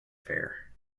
fair